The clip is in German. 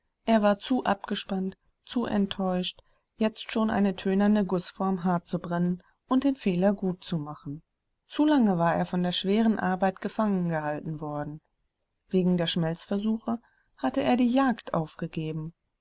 er war zu abgespannt zu enttäuscht jetzt schon eine tönerne gußform hartzubrennen und den fehler gutzumachen zu lange war er von der schweren arbeit gefangengehalten worden wegen der schmelzversuche hatte er die jagd aufgegeben